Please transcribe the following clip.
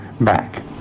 back